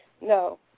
no